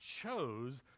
chose